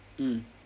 mm